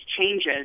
changes